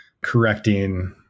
correcting